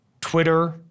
Twitter